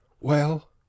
Well